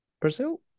brazil